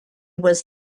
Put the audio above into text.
was